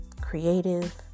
creative